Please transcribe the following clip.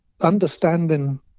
understanding